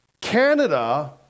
Canada